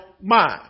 mind